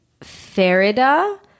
Farida